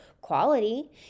quality